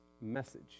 message